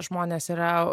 žmonės yra